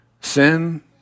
Sin